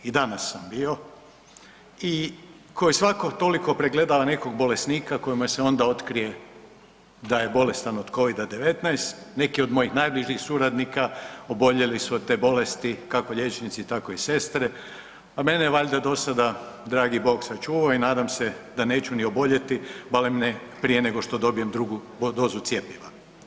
I danas sam bio i koji svako toliko pregledava nekog bolesnika kojima se onda otkrije da je bolestan od Covida-19, neki od mojih najbližih suradnika oboljeli su od te bolesti, kako liječnici, tako i sestre, a mene je valjda do sada dragi Bog sačuvao i nadam se da neću ni oboljeti, barem ne prije nego što dobijem drugu dozu cjepiva.